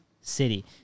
city